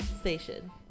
station